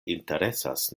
interesas